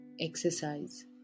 exercise